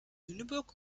lüneburg